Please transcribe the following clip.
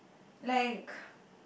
like